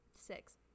Six